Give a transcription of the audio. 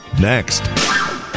next